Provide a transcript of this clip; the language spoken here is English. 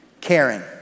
caring